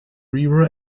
river